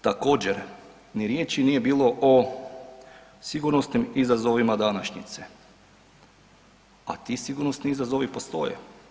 Također, ni riječi nije bilo o sigurnosnim izazovima današnjice, a ti sigurnosni izazovi postoje.